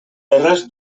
erraz